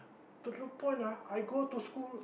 to the point ah I go to school